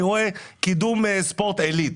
רק קידום ספורט עילית.